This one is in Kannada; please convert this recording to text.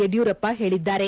ಯಡಿಯೂರಪ್ಪ ಹೇಳಿದ್ದಾರೆ